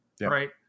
right